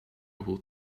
will